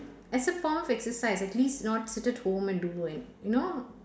as a form of exercise at least not sit at home and do an~ you know